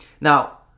Now